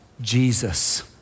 Jesus